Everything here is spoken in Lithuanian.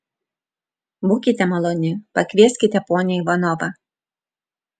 būkite maloni pakvieskite ponią ivanovą